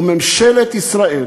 וממשלת ישראל